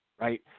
right